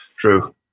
true